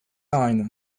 aynı